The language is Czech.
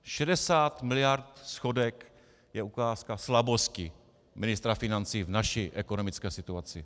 60 mld. schodek je ukázka slabosti ministra financí v naší ekonomické situaci!